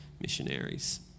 missionaries